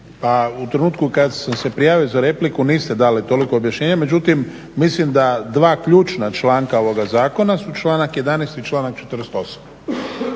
Pa u trenutku kad sam se prijavio za repliku, niste dali toliko objašnjenje, međutim da dva ključna članka ovoga zakona su članak 11 i članak 48